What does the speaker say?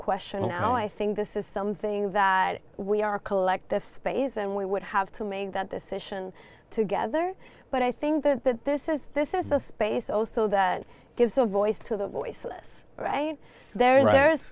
question now i think this is something that we are collective space and we would have to made that decision together but i think that this is this is a space also that gives a voice to the voiceless right there